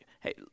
hey